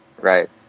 Right